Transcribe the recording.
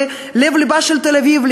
בלב-לבה של תל-אביב,